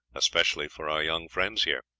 especially for our young friends here.